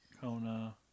Kona